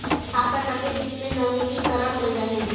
खाता कतेक दिन मे नवीनीकरण होए जाहि??